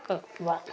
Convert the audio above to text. कब की बात